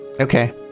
Okay